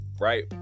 right